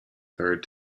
third